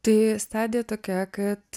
tai stadija tokia kad